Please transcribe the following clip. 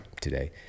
today